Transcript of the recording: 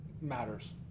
matters